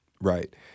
right